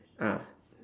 ah